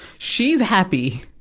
she's happy.